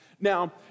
Now